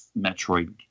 Metroid